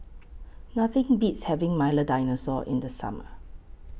Nothing Beats having Milo Dinosaur in The Summer